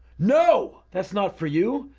no! that's not for you!